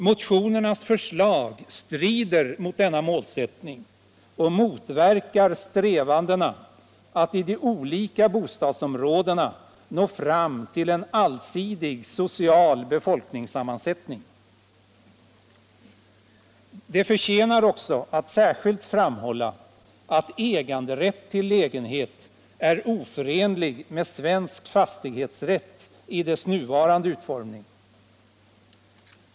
Motionärernas förslag strider mot denna målsättning och motverkar strävandena att i de olika bostadsområdena nå fram till en allsidig social befolkningssammansättning. Det förtjänar också att särskilt framhållas att äganderätt till lägenhet är oförenlig med svensk fastighetsrätt i dess nuvarande utformning.